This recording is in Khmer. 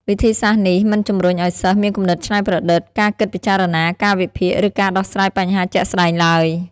វិធីសាស្ត្រនេះមិនជំរុញឲ្យសិស្សមានគំនិតច្នៃប្រឌិត ការគិតពិចារណា ការវិភាគ ឬការដោះស្រាយបញ្ហាជាក់ស្តែងឡើយ។